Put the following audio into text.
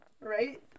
Right